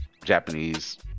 japanese